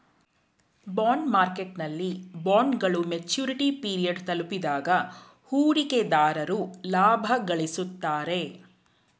bond ಮಾರ್ಕೆಟ್ನಲ್ಲಿ ಬಾಂಡ್ಗಳು maturity period ತಲುಪಿದಾಗ ಹೂಡಿಕೆದಾರರು ಲಾಭ ಗಳಿಸುತ್ತಾರೆ